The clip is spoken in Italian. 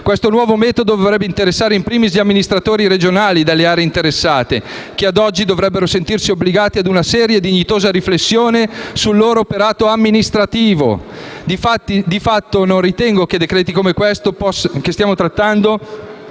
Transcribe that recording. Questo nuovo metodo dovrebbe interessare *in primis* gli amministratori regionali delle aree interessate, che ad oggi dovrebbero sentirsi obbligati a una seria e dignitosa riflessione sul loro operato amministrativo. Di fatto, non ritengo che decreti come quello che stiamo trattando